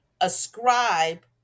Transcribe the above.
ascribe